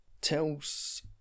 tells